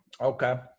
Okay